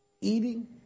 eating